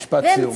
משפט סיום.